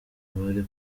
bari